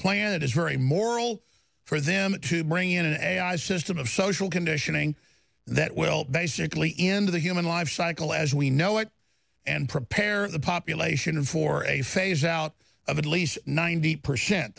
plan it is very moral for them to bring in an ai system of social conditioning that will basically end of the human life cycle as we know it and prepare the population for a phase out of at least ninety percent